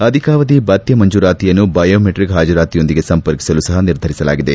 ಅಧಿಕಾವಧಿ ಭತ್ತೆ ಮಂಜೂರಾತಿಯನ್ನು ಬಯೋಮೆಟ್ರಕ್ ಪಾಜರಾತಿಯೊಂದಿಗೆ ಸಂಪರ್ಕಿಸಲೂ ಸಹ ನಿರ್ಧರಿಸಲಾಗಿದೆ